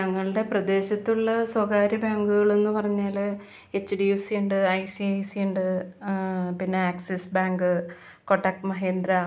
കഴിഞ്ഞ വെക്കേഷൻ്റെ ടൈമിൽ എൻ്റെ ഹസ്ബൻഡ് ദുബായിൽ നിന്ന് വന്നിരുന്നു അപ്പം വരുന്നതിന് മുൻപ് തന്നെ എന്നെ വിളിച്ചു ചോദിച്ചിരുന്നു നിനക്ക് എന്താണ് അത്യാവിശ്യമായിട്ട് വേണ്ടത് എന്തെങ്കിലും സ്പെഷ്യലായിട്ട് വല്ലതും വേണ്ടതുണ്ടോ എന്ന്